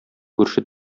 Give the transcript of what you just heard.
күрше